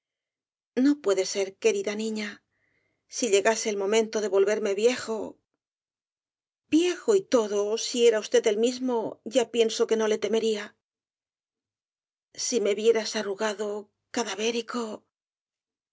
no puede ser querida niña si llegase el momento de volverme viejo viejo y todo si era usted el mismo ya pienso que no le temería si me vieras arrugado